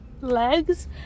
legs